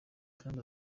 kandi